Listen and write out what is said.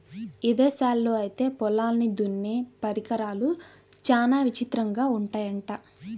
ఇదేశాల్లో ఐతే పొలాల్ని దున్నే పరికరాలు చానా విచిత్రంగా ఉంటయ్యంట